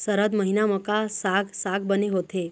सरद महीना म का साक साग बने होथे?